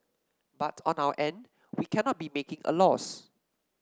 but on our end we cannot be making a loss